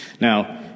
Now